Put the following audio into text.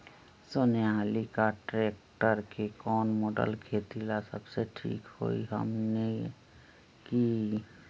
Sonalika tractor के कौन model खेती ला सबसे ठीक होई हमने की?